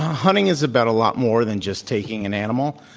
hunting is about a lot more than just taking an animal.